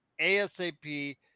ASAP